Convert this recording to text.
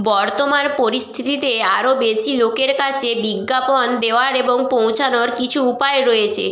বর্তমান পরিস্থিতিতে আরও বেশি লোকের কাছে বিজ্ঞাপন দেওয়ার এবং পৌঁছানোর কিছু উপায় রয়েছে